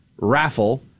raffle